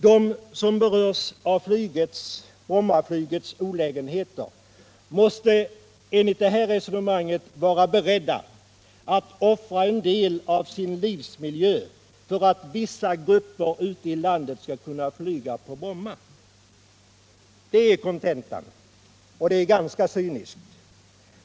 De som berörs av Brommaflygets olägenheter måste enligt det här resonemanget vara beredda att offra en del av sin livsmiljö för att vissa grupper skall kunna flyga på Bromma. Det är kontentan. Det är ganska cyniskt.